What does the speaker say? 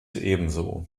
ebenso